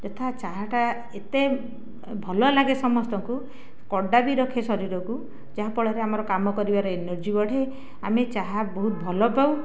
ଯଥା ଚାହାଟା ଏତେ ଭଲ ଲାଗେ ସମସ୍ତଙ୍କୁ କଡ଼ା ବି ରଖେ ଶରୀରକୁ ଯାହାଫଳରେ ଆମର କାମ କରିବାର ଏନର୍ଜି ବଢ଼େ ଆମେ ଚାହା ବହୁତ ଭଲ ପାଉ